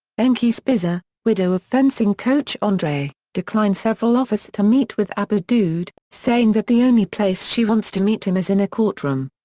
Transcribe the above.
ankie spitzer, widow of fencing coach andre, declined several offers to meet with abu daoud, saying that the only place she wants to meet him is in a courtroom.